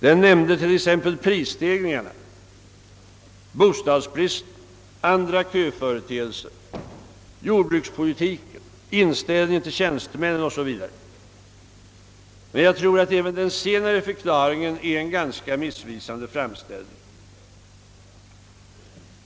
Den nämnde t.ex. prisstegringarna, bostadsbristen, andra köföreteelser, jordbrukspolitiken, inställningen till tjänstemännen o.s.v. Jag tror att även den senare förklaringen är en ganska missvisande framställning.